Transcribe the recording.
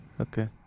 Okay